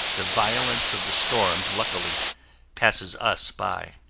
the violence of the storm luckily passes us by.